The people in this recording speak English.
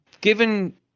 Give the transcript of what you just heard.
given